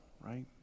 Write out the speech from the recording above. right